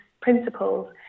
principles